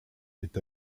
est